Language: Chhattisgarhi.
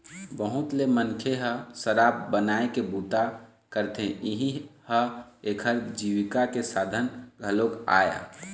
बहुत ले मनखे ह शराब बनाए के बूता करथे, इहीं ह एखर जीविका के साधन घलोक आय